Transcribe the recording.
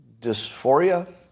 dysphoria